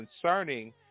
concerning